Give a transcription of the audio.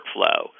workflow